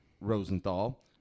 Rosenthal